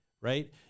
right